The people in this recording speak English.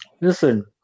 listen